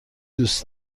دوست